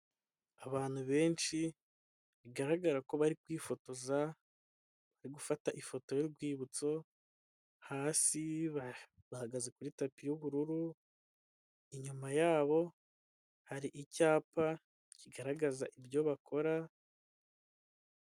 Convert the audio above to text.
Abantu benshi bigaragara ko bari kwifotoza gufata ifoto y'urwibutso hasi bahagaze kuri tapi y yubururu inyuma yabo hari icyapa kigaragaza ibyo bakora.